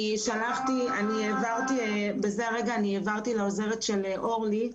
ברגע זה העברתי לעוזרת של אורלי,